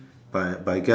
but I but I guess